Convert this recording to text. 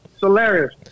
hilarious